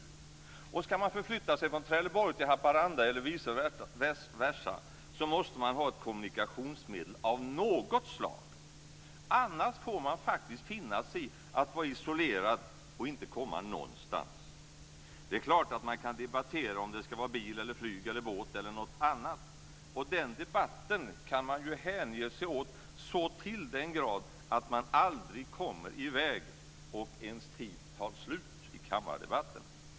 Om man ska förflytta sig från Trelleborg till Haparanda eller vice versa måste man ha ett kommunikationsmedel av något slag, annars får man faktiskt finna sig i att vara isolerad och inte komma någonstans. Det är klart att man kan debattera om det ska vara bil, flyg, båt eller något annat. Den debatten kan man ju hänge sig åt så till den grad att man aldrig kommer i väg och ens tid tar slut i kammardebatten.